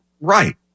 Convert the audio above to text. Right